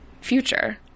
future